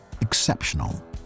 Exceptional